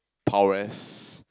prowess